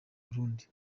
burundi